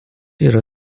yra